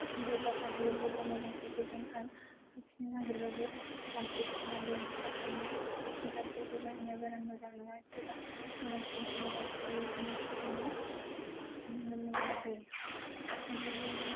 बबेबा मोजां बबेबा गाज्रि बिनि थाखायनो हरफिननो नागेरबाबो लांफैफिनि बिनि थाखायनो प्रडाक्टफोरखौ बाहानाया बारा मोजां नङा सोरबा मोजां फैयो सोरबा गाज्रि थायो बिनि थाखायनो